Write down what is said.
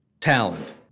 talent